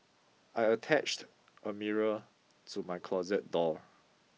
I attached a mirror to my closet door